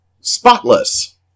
spotless